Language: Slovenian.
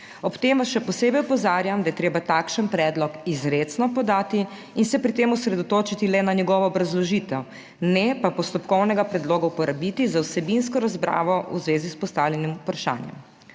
Ob tem vas še posebej opozarjam, da je treba takšen predlog izrecno podati in se pri tem osredotočiti le na njegovo obrazložitev, ne pa postopkovnega predloga uporabiti za vsebinsko razpravo v zvezi s postavljenim vprašanjem.